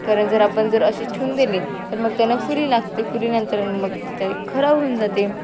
कारण जर आपण जर असे ठेऊन दिले तर मग त्यांना फुली लागते फुलीनंतर मग त्यानी खराब होऊन जाते